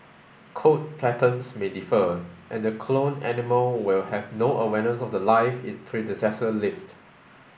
coat patterns may differ and the cloned animal will have no awareness of The Life its predecessor live